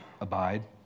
Abide